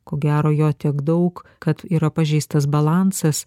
ko gero jo tiek daug kad yra pažeistas balansas